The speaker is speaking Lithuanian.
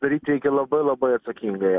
daryt reikia labai labai atsakingai